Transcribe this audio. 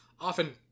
often